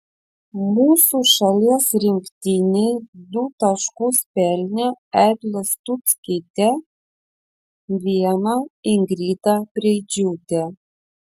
mūsų šalies rinktinei du taškus pelnė eglė stuckytė vieną ingrida preidžiūtė